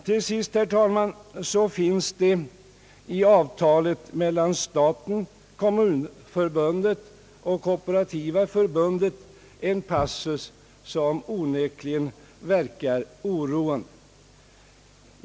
Till sist, herr talman, vill jag framhålla, att det i avtalet mellan staten, Kommunförbundet och Kooperativa förbundet finns en passus, som onekligen verkar oroande.